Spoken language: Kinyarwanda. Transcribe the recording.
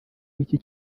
w’iki